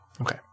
Okay